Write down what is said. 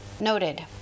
noted